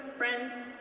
friends,